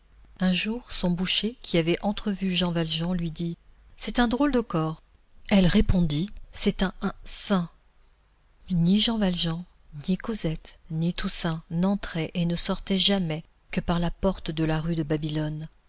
un jour son boucher qui avait entrevu jean valjean lui dit c'est un drôle de corps elle répondit c'est un un saint ni jean valjean ni cosette ni toussaint n'entraient et ne sortaient jamais que par la porte de la rue de babylone